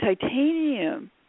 titanium